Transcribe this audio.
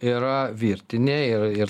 yra virtinė ir ir